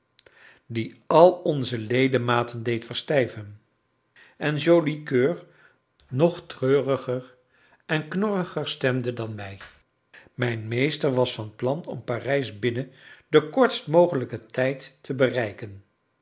die al onze ledematen deed verstijven en joli coeur nog treuriger en knorriger stemde dan mij mijn meester was van plan om parijs binnen den kortst mogelijken tijd te bereiken